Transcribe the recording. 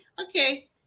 okay